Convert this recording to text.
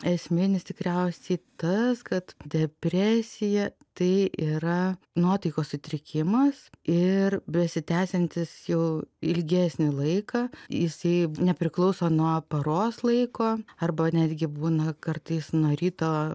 esminis tikriausiai tas kad depresija tai yra nuotaikos sutrikimas ir besitęsiantis jau ilgesnį laiką jisai nepriklauso nuo paros laiko arba netgi būna kartais nuo ryto